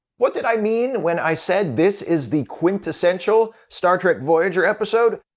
what did i mean when i said this is the quintessential star trek voyager episode?